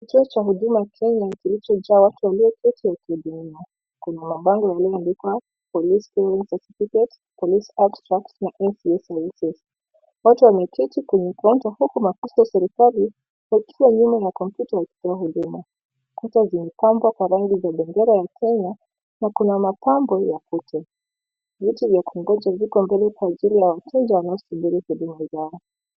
Kituo cha Huduma Kenya kilichojaa watu waliongoja huduma. Kuna mabango yaliyoandikwa police clearance certificate , police abstract na 𝐴𝐶𝑆 𝑠ervices . Watu wamekaa kwenye kaunta huku maafisa wa serikali wakiwa nyuma ya kompyuta wakitoa huduma. Kuta zimepangwa kwa rangi za bendera ya Kenya na kuna mapambo ya kute. Viti vya kungoja viko mbele kwa ajili ya wateja wanaosubiri huduma zao.